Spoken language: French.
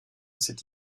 cette